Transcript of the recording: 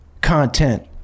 content